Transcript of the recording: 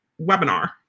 webinar